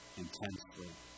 intensely